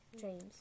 dreams